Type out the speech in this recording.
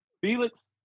Felix